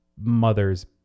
mother's